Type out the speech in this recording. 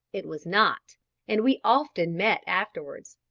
it was not and we often met afterwards.